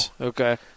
Okay